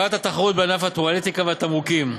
הגברת התחרות בענף הטואלטיקה והתמרוקים,